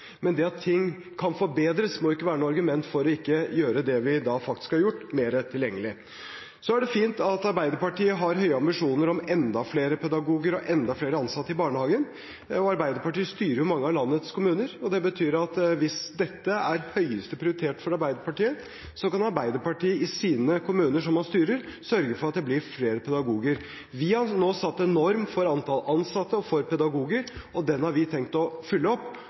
må ikke være noe argument for ikke å gjøre det vi faktisk har gjort, mer tilgjengelig. Det er fint at Arbeiderpartiet har høye ambisjoner om enda flere pedagoger og enda flere ansatte i barnehagen. Arbeiderpartiet styrer jo mange av landets kommuner, og det betyr at hvis dette har høyeste prioritet for Arbeiderpartiet, så kan Arbeiderpartiet i de kommunene de styrer, sørge for at det blir flere pedagoger. Vi har nå satt en norm for antall ansatte og for pedagoger, og den har vi tenkt å følge opp.